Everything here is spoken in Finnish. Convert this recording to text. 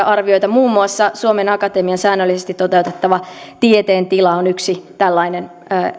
arvioita muun muassa suomen akatemian säännöllisesti toteuttama tieteen tila on yksi tällainen